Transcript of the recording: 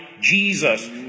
Jesus